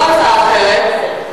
זאת הצעה אחרת.